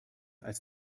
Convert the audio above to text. als